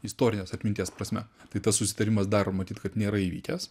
istorinės atminties prasme tai tas susitarimas dar matyt kad nėra įvykęs